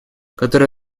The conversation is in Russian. который